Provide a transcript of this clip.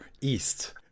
east